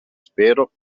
spero